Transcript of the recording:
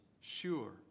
sure